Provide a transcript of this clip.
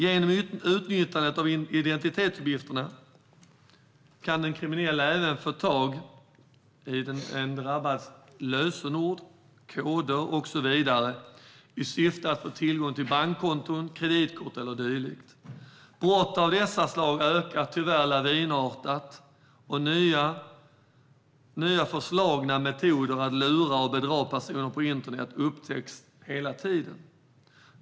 Genom utnyttjandet av identitetsuppgifter kan den kriminella även få tag i den drabbades lösenord, koder och så vidare i syfte att få tillgång till bankkonton, kreditkort eller dylikt. Brott av dessa slag ökar tyvärr lavinartat, och nya förslagna metoder för att lura och bedra personer på internet upptäcks hela tiden.